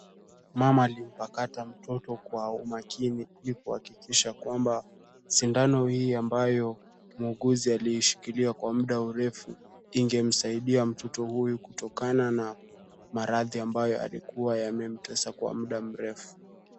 Mama alimpakata mtoto kwa umakini ili kuhakikisha kwamba sindano hii ambayo, muuguzi aliishikilia kwa muda mrefu ingemsaidia mtoto huyu kutokana na maradhi ambayo yalikuwa yamemtesa kwa muda mrefu.